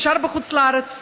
נשאר בחוץ-לארץ,